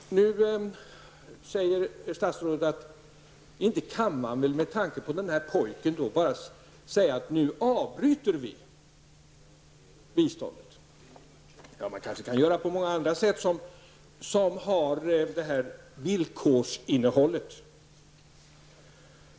Nu säger statsrådet att man med tanke på den lilla pojken bara inte kan säga att vi avbryter biståndet. Man kanske kan göra på många andra sätt men ändå ha detta villkorsinnehåll.